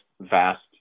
vast